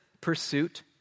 pursuit